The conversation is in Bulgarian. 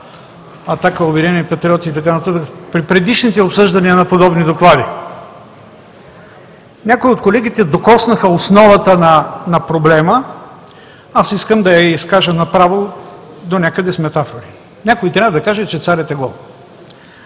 и така нататък, при предишните обсъждания на подобни доклади. Някои от колегите докоснаха основата на проблема, аз искам да я изкажа направо, донякъде с метафори. Някой трябва да каже, че „Царят е гол“.